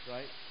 Right